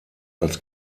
als